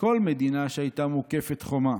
כל מדינה שהיתה מוקפת חומה